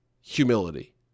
Humility